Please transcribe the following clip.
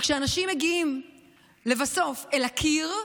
וכשאנשים מגיעים לבסוף אל הקיר,